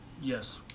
Yes